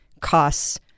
costs